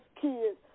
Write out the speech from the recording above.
kids